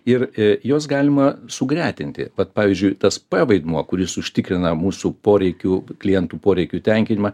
ir juos galima sugretinti vat pavyzdžiui tas p vaidmuo kuris užtikrina mūsų poreikių klientų poreikių tenkinimą